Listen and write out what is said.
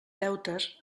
deutes